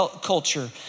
culture